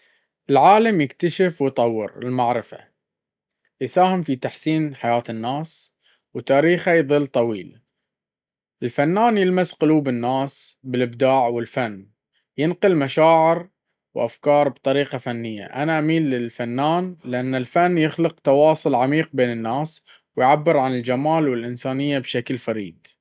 العالم يكتشف ويطور المعرفة، يساهم في تحسين حياة الناس، وتاريخه يظل طويل. الفنان يلمس قلوب الناس بالإبداع والفن، ينقل مشاعر وأفكار بطريقة فنية. أنا أميل للفنان، لأن الفن يخلق تواصل عميق بين الناس، ويعبر عن الجمال والإنسانية بشكل فريد.